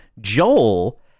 joel